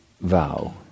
vow